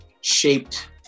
shaped